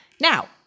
Now